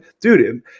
dude